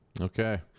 Okay